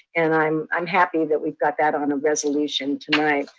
and i'm i'm happy that we've got that on a resolution tonight.